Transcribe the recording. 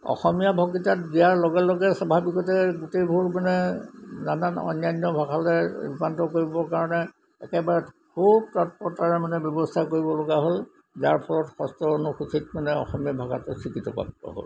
অসমীয়া বক্তৃতা দিয়াৰ লগে লগে স্বাভাৱিকতে গোটেইবোৰ মানে নানান অন্যান্য ভাষালৈ ৰূপান্তৰ কৰিবৰ কাৰণে একেবাৰে খুব মানে ব্যৱস্থা কৰিব লগা হ'ল যাৰ ফলত সস্ত্ৰ অনুসূচীত মানে অসমীয়া ভাষাটো স্বীকৃতপ্ৰাপ্ত হ'ল